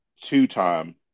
two-time